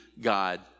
God